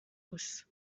gusa